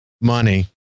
money